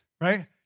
right